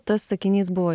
tas sakinys buvo